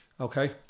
Okay